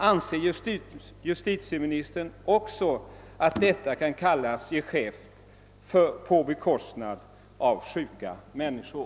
Anser justitieministern att även detta kan kallas geschäft på bekostnad av sjuka människor?